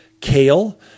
kale